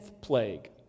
plague